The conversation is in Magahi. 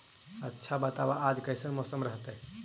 आच्छा बताब आज कैसन मौसम रहतैय?